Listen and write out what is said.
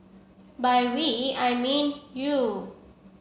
by we I mean you